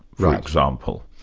for ah example.